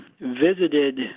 visited